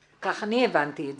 כך אני הבנתי את זה.